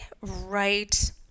right